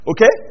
Okay